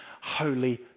holy